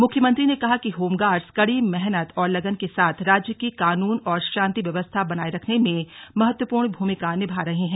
मुख्यमंत्री ने कहा कि होमगार्ड्स कड़ी मेहनत और लगन के साथ राज्य की कानून एवं शांति व्यवस्था बनाये रखने में महत्वपूर्ण भूमिका निभा रहे हैं